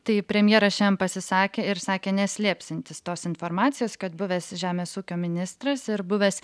tai premjeras šiandien pasisakė ir sakė neslėpsiantis tos informacijos kad buvęs žemės ūkio ministras ir buvęs